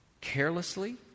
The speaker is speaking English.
carelessly